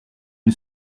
une